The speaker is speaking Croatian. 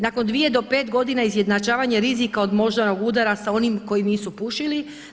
Nakon dvije do pet godina izjednačavanje rizika od moždanog udara sa onim koji nisu pušili.